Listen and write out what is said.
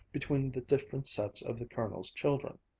between the different sets of the colonel's children.